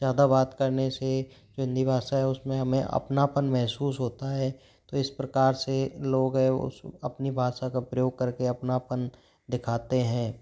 ज़्यादा बात करने से जो हिंदी भाषा है उस में हमें अपनापन महसूस होता है तो इस प्रकार से लोग है वो उस अपनी भाषा का प्रयोग कर के अपनापन दिखाते हैं